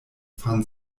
van